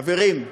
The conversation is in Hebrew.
חברים,